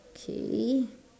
okay